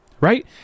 Right